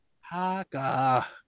Haka